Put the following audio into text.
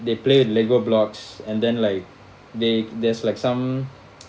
they play with lego blocks and then like they there's like some